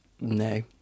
No